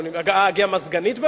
גם הסגנית בהודו?